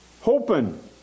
hoping